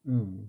mm